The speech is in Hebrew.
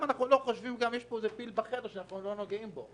יש פה איזה פיל בחדר שאנחנו לא נוגעים בו.